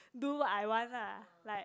do what I want lah like